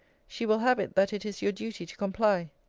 she will have it, that it is your duty to comply.